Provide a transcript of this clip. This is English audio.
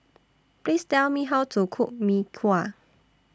Please Tell Me How to Cook Mee Kuah